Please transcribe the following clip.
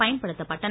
பயன்படுத்தப்பட்டன